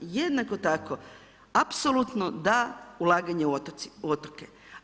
Jednako tako, apsolutno da ulaganje u otoke.